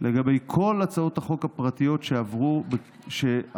לגבי כל הצעות החוק הפרטיות שעברו בנושא פסלות